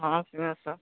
हाँ सिंहेस्वर